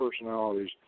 personalities